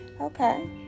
Okay